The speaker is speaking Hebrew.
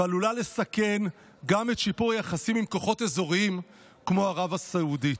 ועלולה לסכן גם את שיפור היחסים עם כוחות אזוריים כמו ערב הסעודית.